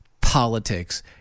politics